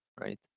right